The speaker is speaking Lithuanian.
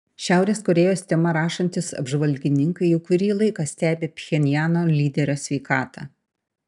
šiaurės korėjos tema rašantys apžvalgininkai jau kurį laiko stebi pchenjano lyderio sveikatą